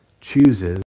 chooses